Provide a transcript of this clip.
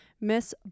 Miss